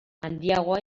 handiagoa